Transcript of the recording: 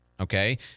Okay